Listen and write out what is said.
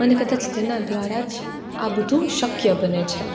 અને કદાચ તેના દ્વારા જ આ બધું શક્ય બને છે